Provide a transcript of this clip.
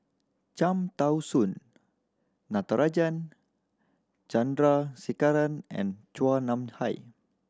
Cham Tao Soon Natarajan Chandrasekaran and Chua Nam Hai